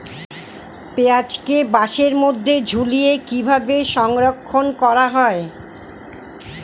পেঁয়াজকে বাসের মধ্যে ঝুলিয়ে কিভাবে সংরক্ষণ করা হয়?